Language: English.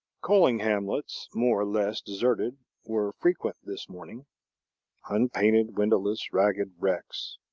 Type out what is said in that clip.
coaling hamlets more or less deserted were frequent this morning unpainted, windowless, ragged wrecks.